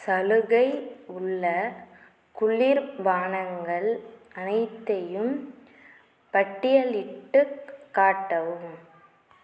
சலுகை உள்ள குளிர்பானங்கள் அனைத்தையும் பட்டியலிட்டுக் காட்டவும்